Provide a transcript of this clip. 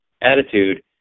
attitude